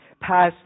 passed